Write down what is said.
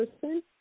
person